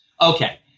Okay